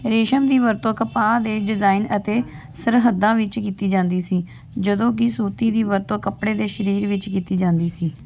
ਰੇਸ਼ਮ ਦੀ ਵਰਤੋਂ ਕਪਾਹ ਦੇ ਡਿਜ਼ਾਈਨ ਅਤੇ ਸਰਹੱਦਾਂ ਵਿੱਚ ਕੀਤੀ ਜਾਂਦੀ ਸੀ ਜਦੋਂ ਕਿ ਸੂਤੀ ਦੀ ਵਰਤੋਂ ਕੱਪੜੇ ਦੇ ਸਰੀਰ ਵਿੱਚ ਕੀਤੀ ਜਾਂਦੀ ਸੀ